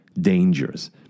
dangers